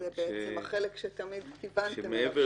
זה החלק שתמיד כיוונתם אליו,